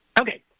Okay